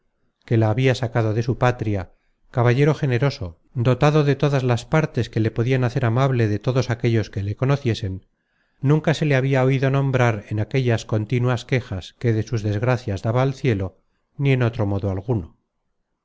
que la habia sacado de su patria caballero generoso dotado de todas las partes que le podian hacer amable de todos aquellos que le conociesen nunca se le habia oido nombrar en las contínuas quejas que de sus desgracias daba al cielo ni en otro modo alguno